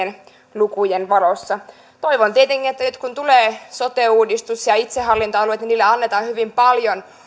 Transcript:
lukujen valossa toivon tietenkin että nyt kun tulee sote uudistus ja itsehallintoalueet niille annetaan hyvin paljon